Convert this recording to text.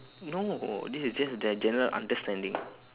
no this is just their general understanding